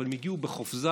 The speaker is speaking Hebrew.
אבל הם הגיעו בחופזה,